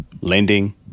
Lending